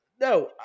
No